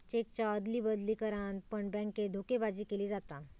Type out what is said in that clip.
चेकच्या अदली बदली करान पण बॅन्केत धोकेबाजी केली जाता